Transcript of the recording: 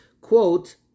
quote